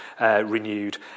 renewed